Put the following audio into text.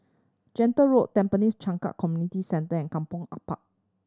Gentle Road Tampines Changkat Community Centre and Kampong Ampat